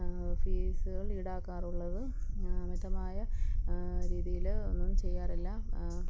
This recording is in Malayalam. ഫീസുകൾ ഈടാക്കാറുള്ളത് അമിതമായ രീതിയിൽ ഒന്നും ചെയ്യാറില്ല